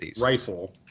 rifle